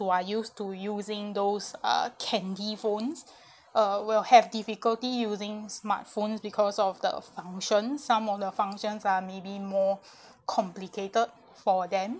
who are used to using those uh candy phones uh will have difficulty using smart phones because of the functions some of the functions are maybe more complicated for them